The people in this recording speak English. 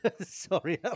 Sorry